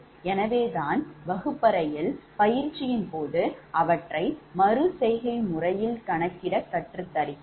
எனவேதான் வகுப்பறையில் பயிற்சியின் போது அவற்றை மறு செய்கை முறையில் கணக்கிட கற்றுத் தருகிறோம்